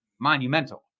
monumental